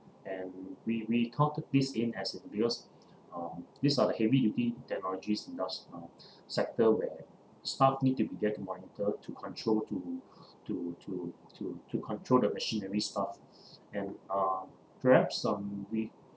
and we we counted this in as uh because uh these are the heavy duty technologies indus~ uh sector were staff need to be there to monitor to control to to to to to control the machinery stuff and uh perhaps um we